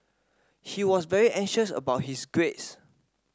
he was very anxious about his grades